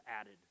added